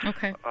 Okay